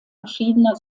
verschiedener